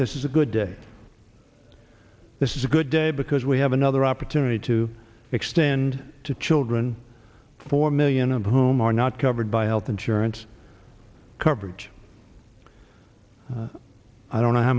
this is a good day this is a good day because we have another opportunity to extend to children four million of whom are not covered by health insurance coverage i don't know how